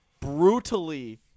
brutally